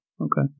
Okay